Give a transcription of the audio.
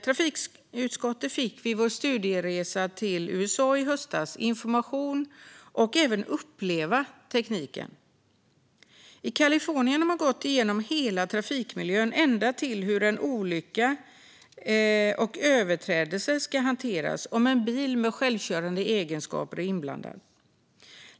Trafikutskottet fick vid vår studieresa till USA i höstas information, och vi fick även uppleva tekniken. I Kalifornien har man gått igenom hela trafikmiljön ända fram till hur en olycka eller en överträdelse ska hanteras om en bil med självkörande egenskaper är inblandad.